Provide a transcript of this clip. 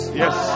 yes